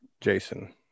Jason